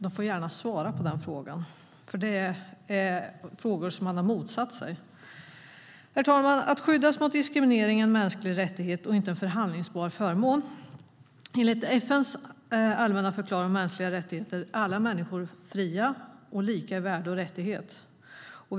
De får gärna svara på det, för det är frågor man har motsatt sig. Herr talman! Att skyddas mot diskriminering är en mänsklig rättighet och inte en förhandlingsbar förmån. Enligt FN:s allmänna förklaring om de mänskliga rättigheterna är alla människor fria och lika i värde och rättigheter.